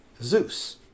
Zeus